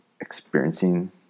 experiencing